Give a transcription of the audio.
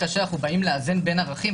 כאשר אנחנו באים לאזן בין ערכים,